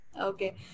Okay